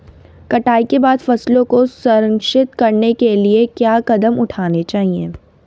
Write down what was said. कटाई के बाद फसलों को संरक्षित करने के लिए क्या कदम उठाने चाहिए?